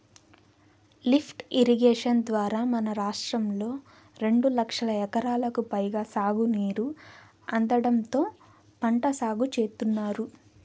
lift irrigation ద్వారా మన రాష్ట్రంలో రెండు లక్షల ఎకరాలకు పైగా సాగునీరు అందడంతో పంట సాగు చేత్తున్నారు